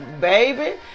Baby